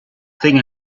thing